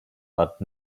but